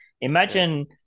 imagine